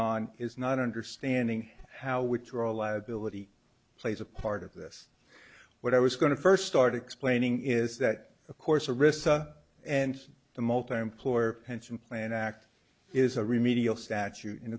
on is not understanding how withdrawal liability plays a part of this what i was going to first start explaining is that of course arista and the multi player pension plan act is a remedial statute